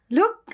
Look